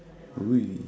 who we